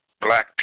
black